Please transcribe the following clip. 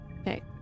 Okay